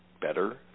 better